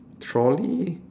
trolley